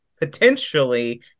potentially